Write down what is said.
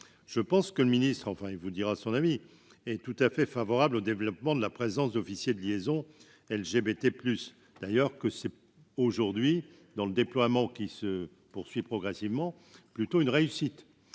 je pense que le ministre, enfin, il vous dira son ami et tout à fait favorable au développement de la présence d'officiers de liaison LGBT plus d'ailleurs que c'est aujourd'hui dans le déploiement qui se poursuit, progressivement, plutôt une réussite,